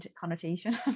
connotation